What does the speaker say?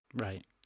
Right